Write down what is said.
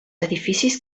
edificis